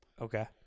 Okay